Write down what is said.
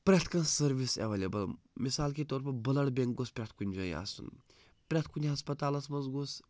پرٛٮ۪تھ کانٛہہ service available مِثال کے طور پر بٕلَڈ بٮ۪نٛک گوٚژھ پرٛٮ۪تھ کُنہِ جایہِ آسُن پرٛٮ۪تھ کُنہِ ہَسپَتالَس منٛز گوٚژھ